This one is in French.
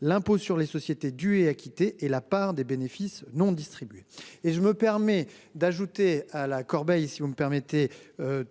l'impôt sur les sociétés du et acquitté et la part des bénéfices non distribués. Et je me permets d'ajouter à la corbeille. Si vous me permettez.